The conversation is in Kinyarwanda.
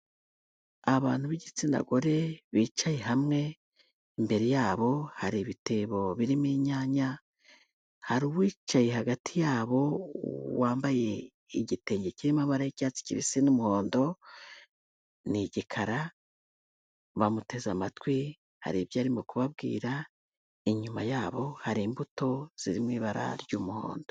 Abantu b'igitsina gore bicaye hamwe, imbere yabo hari ibitebo birimo inyanya, hari uwicaye hagati yabo wambaye igitenge kirimo amabara y'icyatsi kibisi n'umuhondo, ni igikara bamuteze amatwi hari ibyo arimo kubabwira, inyuma yabo hari imbuto zirimo ibara ry'umuhondo.